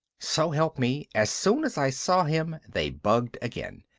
so help me, as soon as i saw him they bugged again.